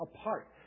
apart